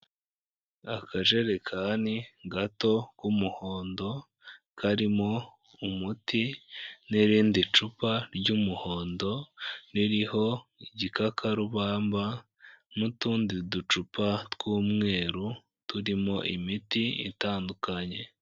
Akajerekani gato k'umuhondo karimo umuti n'irindi cupa ry'umuhondo ririho igikakarubamba n'utundi ducupa tw'umweru turimo imiti itandukanye.